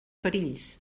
perills